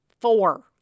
four